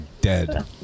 dead